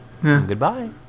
goodbye